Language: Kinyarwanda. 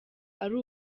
ari